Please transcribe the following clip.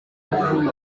uvuye